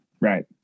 right